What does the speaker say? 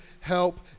help